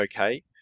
okay